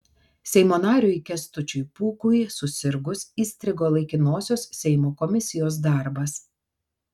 seimo nariui kęstučiui pūkui susirgus įstrigo laikinosios seimo komisijos darbas